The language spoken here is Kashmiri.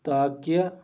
تاکہِ